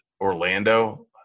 Orlando